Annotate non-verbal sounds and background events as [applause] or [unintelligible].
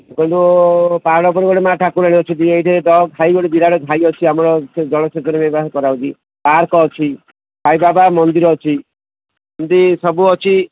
ଗଲୁ ପାହାଡ଼ ଉପରେ ଗୋଟେ ମା ଠାକୁରାଣୀ ଅଛନ୍ତି ଏଇଠି [unintelligible] ଘାଇ ଗୋଟେ ବିରାଟ୍ ଘାଇ ଅଛି ଆମର ଜଳ ସେଚନ ବ୍ୟବସ୍ଥା କରାଯାଉଛି ପାର୍କ ଅଛି ସାଇ ବାବା ମନ୍ଦିର ଅଛି ସେମିତି ସବୁ ଅଛି